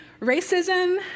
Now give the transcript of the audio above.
Racism